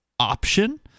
option